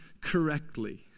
correctly